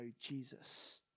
Jesus